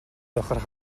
байхаар